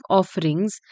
offerings